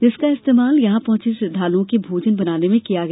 जिसका इस्तेमाल यहां पहचे श्रद्वालुओं के भोजन बनाने में किया गया